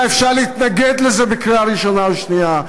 אפשר להתנגד לזה בקריאה הראשונה או השנייה,